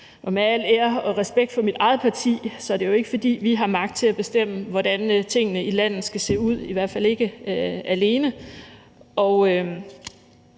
og med al ære og respekt for mit eget parti er det jo ikke, fordi vi har magt til at bestemme, hvordan tingene i landet skal se ud, i hvert fald ikke alene.